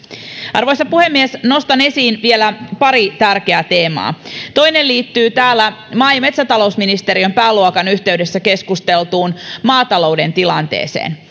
arvoisa puhemies nostan esiin vielä pari tärkeää teemaa toinen liittyy täällä maa ja metsätalousministeriön pääluokan yhteydessä keskusteltuun maatalouden tilanteeseen